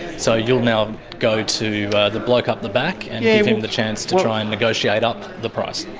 so you'll now go to the bloke up the back and yeah give him the chance to try and negotiate up the price?